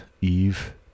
Eve